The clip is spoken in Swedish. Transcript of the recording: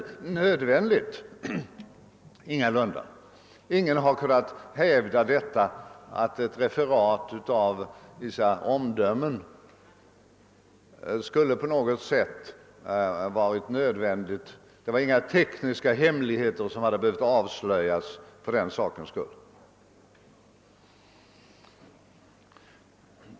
Ingalunda! Ingen har kunnat hävda att ett referat av vissa omdömen på något sätt skulle ha varit olämpligt. Inga tekniska hemligheter hade behövt avslöjas för den sakens skull.